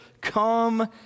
Come